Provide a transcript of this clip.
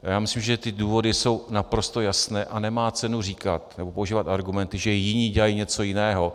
Já myslím, že důvody jsou naprosto jasné, a nemá cenu říkat nebo používat argumenty, že jiní dělají něco jiného.